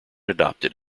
adopted